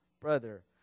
brother